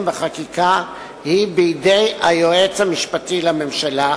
בחקיקה היא בידי היועץ המשפטי לממשלה,